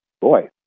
Boy